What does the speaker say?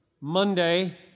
Monday